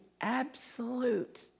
absolute